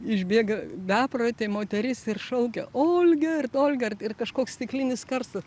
išbėga beprotė moteris ir šaukia olga ir ta olga ir kažkoks stiklinis karstas